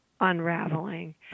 unraveling